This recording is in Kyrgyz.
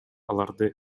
аларды